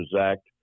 Act